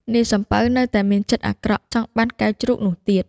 នាយសំពៅនៅតែមានចិត្តអាក្រក់ ចង់បានកែវជ្រូកនោះទៀត។